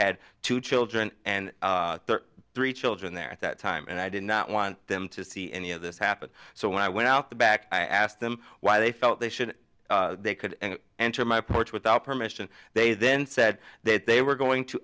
had two children and three children there at that time and i did not want them to see any of this happen so when i went out the back i asked them why they they felt they should they could enter my porch without permission they then said that they were going to